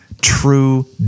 true